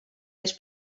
les